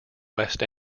west